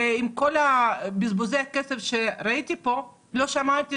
עם כל בזבוזי הכסף שראיתי פה לא שמעתי